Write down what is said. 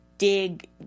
dig